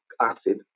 acid